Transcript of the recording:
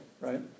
right